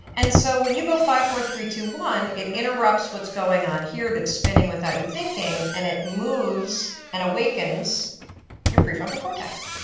and so when you go five, four, three, two, one it interrupts what's going on here that's spinning without you thinking and it moves and awakens your prefrontal cortex.